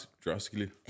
drastically